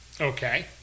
Okay